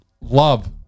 love